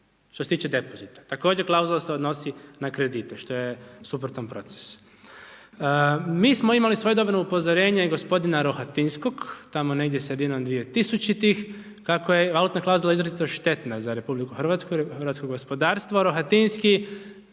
što se tiče depozita. Također klauzula se odnosi na kredite, što je suprotan proces. Mi smo imali svojedobno upozorenje gospodina Rohatinskog, tamo negdje sredinom 2000. kako je valutna klauzula izuzetna štetna za RH, hrvatsko gospodarstvo, Rohatinski,